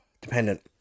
dependent